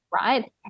right